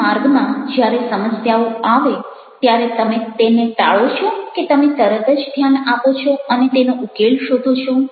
તમારા માર્ગમાં જ્યારે સમસ્યાઓ આવે ત્યારે તમે તેને ટાળો છો કે તમે તરત જ ધ્યાન આપો છો અને તેનો ઉકેલ શોધો છો